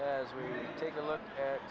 as we take a look at